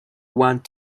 want